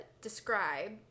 describe